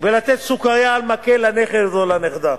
ולתת סוכרייה על מקל לנכד או לנכדה.